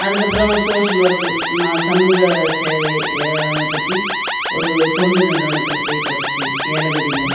அதுக்கு அப்புறம் social work நான் சமூக சேவை இதை பற்றி ஒரு தொண்டு நிறுவனத்தில் போய் படித்தேன் ஏலகிரியில்